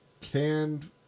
canned